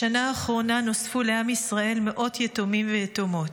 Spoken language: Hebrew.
בשנה האחרונה נוספו לעם ישראל מאות יתומים ויתומות,